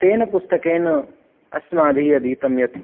तेन पुस्तकेन अस्माभिः अधीतं यत्